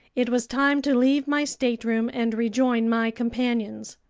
it was time to leave my stateroom and rejoin my companions.